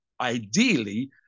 ideally